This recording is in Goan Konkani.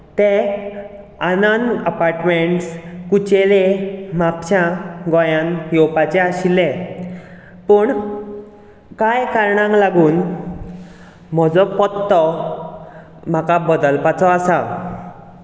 ते आनंद अपार्टमेंटस कुचेले म्हापसा गोंयांत येवपाचे आसले पूण कांय कारणाक लागून म्हजो पत्तो म्हाका बदलपाचो आसा